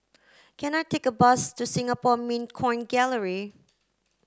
can I take a bus to Singapore Mint Coin Gallery